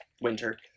winter